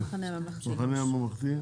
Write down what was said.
"המחנה הממלכתי".